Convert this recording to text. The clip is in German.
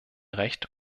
recht